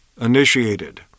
initiated